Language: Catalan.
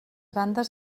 bandes